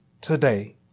today